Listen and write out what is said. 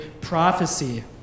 prophecy